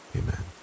amen